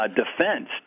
defense